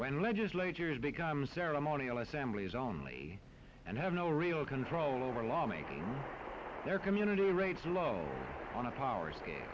when legislatures become ceremonial i say please only and have no real control over law making their community rates low on a power